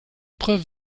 preuve